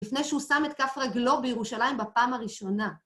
לפני שהוא שם את כף רגלו בירושלים בפעם הראשונה.